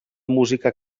música